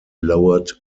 lowered